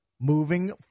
moving